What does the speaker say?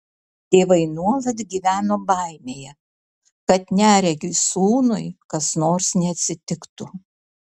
tėvai nuolat gyveno baimėje kad neregiui sūnui kas nors neatsitiktų